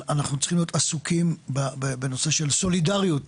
אנחנו צריכים להיות עסוקים בנושא של סולידריות,